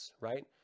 right